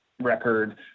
record